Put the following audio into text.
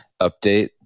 update